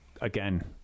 again